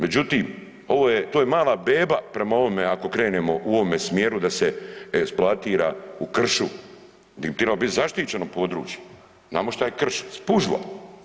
Međutim, ovo je to, je mala beba prema ovome ako krenemo u ovome smjeru da se eksploatira u kršu di bi trebalo biti zaštićeno područje, znamo šta je krš, spužva.